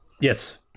yes